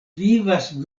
vivas